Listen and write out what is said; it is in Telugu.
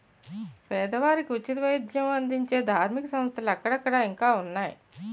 పేదవారికి ఉచిత వైద్యం అందించే ధార్మిక సంస్థలు అక్కడక్కడ ఇంకా ఉన్నాయి